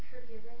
forgiving